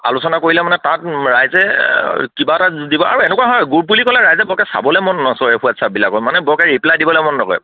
আলোচনা কৰিলে মানে তাত ৰাইজে কিবা এটা দিব আৰু এনেকুৱা নহয় গ্ৰুপ বুলি ক'লে ৰাইজে বৰকে চাবলে মন নকৰে এই হোৱাটছআপবিলাকত মানে বৰকে ৰিপ্লাই দিবলে মন নকৰে